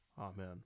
Amen